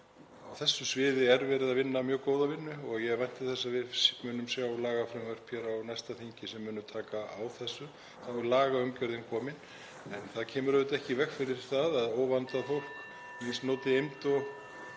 á þessu sviði er verið að vinna mjög góða vinnu og ég vænti þess að við munum sjá lagafrumvörp á næsta þingi sem munu taka á þessu. Þá er lagaumgjörðin komin, en það kemur auðvitað ekki í veg fyrir að óvandað fólk misnoti